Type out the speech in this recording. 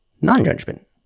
non-judgment